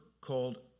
called